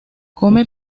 come